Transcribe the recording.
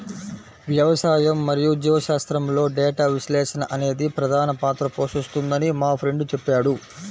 వ్యవసాయం మరియు జీవశాస్త్రంలో డేటా విశ్లేషణ అనేది ప్రధాన పాత్ర పోషిస్తుందని మా ఫ్రెండు చెప్పాడు